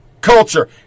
culture